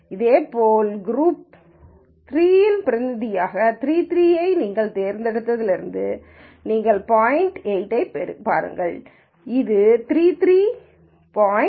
இதேபோல் குரூப் 3 இன் பிரதிநிதியாக 3 3 ஐ நாங்கள் தேர்ந்தெடுத்ததிலிருந்து நீங்கள் பாய்ன்ட் எட்டைப் பாருங்கள் இது 3 3 பாய்ன்ட்